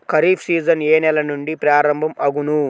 Kharif season ఏ నెల నుండి ప్రారంభం అగును?